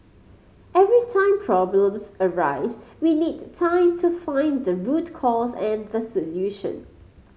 every time problems arise we need time to find the root cause and the solution